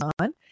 on